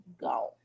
Go